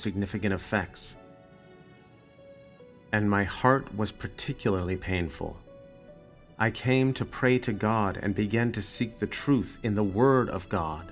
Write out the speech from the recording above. significant effects and my heart was particularly painful i came to pray to god and begin to seek the truth in the word of god